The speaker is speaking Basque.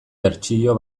bertsio